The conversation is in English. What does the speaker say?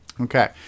Okay